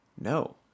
No